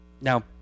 Now